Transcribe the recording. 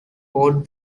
port